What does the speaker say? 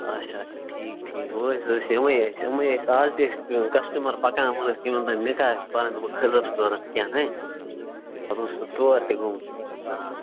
اَچھا اَچھا ٹھیٖک ٹھیٖک وۅنۍ حظ ٲسۍ یمے اَسہِ یِمے ٲسۍ اَز تہِ ٲسۍ کَسٹَٕمَر پکان وۅنۍ ٲسۍ یِوان یِمن نکارپانہٕ کھٕزر چھِ ضروٗرت کیٛاہتانۍ پتہٕ اوسُس بہٕ تور تہِ گوٚمُت